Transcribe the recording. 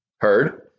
heard